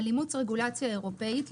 על אימוץ רגולציה אירופאית,